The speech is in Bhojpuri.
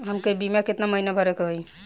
हमके बीमा केतना के महीना भरे के होई?